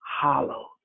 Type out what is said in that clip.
hollow